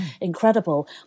incredible